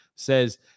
says